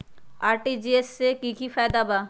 RTGS से की की फायदा बा?